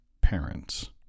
parents